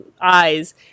eyes